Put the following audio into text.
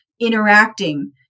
interacting